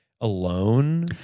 alone